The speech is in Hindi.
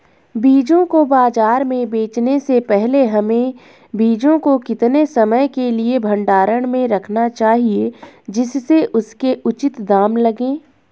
बीजों को बाज़ार में बेचने से पहले हमें बीजों को कितने समय के लिए भंडारण में रखना चाहिए जिससे उसके उचित दाम लगें?